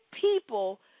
people